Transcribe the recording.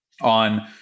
on